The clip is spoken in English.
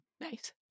Nice